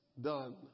done